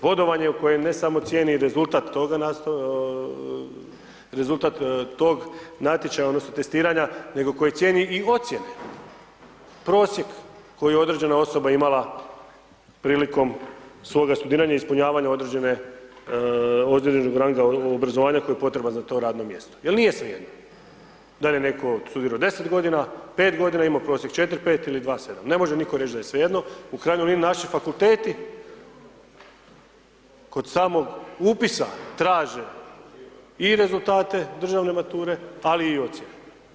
Bodovanje koje je ne samo cijeni i rezultat tog natječaja odnosno testiranja nego cijeni i ocjene, prosjek koji je određena osoba imala prilikom svoga studiranja i ispunjavanja određenog ranga obrazovanja koje je potreba za to radno mjesto jer nije svejedno da li je netko studirao 10 g., 5 g., imao prosjek 4,5, ili 2,7, ne može nitko reći da je svejedno, u krajnjoj liniji naši fakulteti kod samog upisa traže i rezultate državne mature ali i ocjene.